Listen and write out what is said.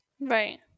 Right